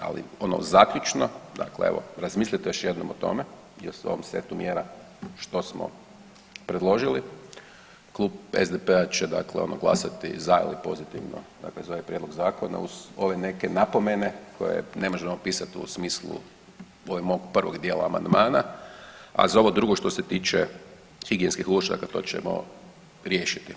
Ali ono zaključno, dakle evo razmilite još jednom o tome i tom setu mjera što smo predložili, klub SDP-a će dakle ono glasati za ili pozitivno dakle za ovaj prijedlog zakona uz ove neke napomene koje ne možemo pisat u smislu … prvog dijela amandmana, a za ovo drugo što se tiče higijenskih uložaka to ćemo riješiti.